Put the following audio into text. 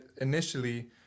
initially